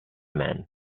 men